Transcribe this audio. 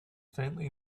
faintly